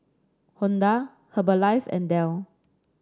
Honda Herbalife and Dell